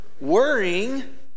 Worrying